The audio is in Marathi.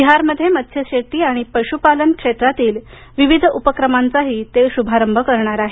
बिहारमध्ये मत्स्यशेती आणि पशुपालन क्षेत्रातील विविध उपक्रमांचाही ते शुभारंभ करणार आहेत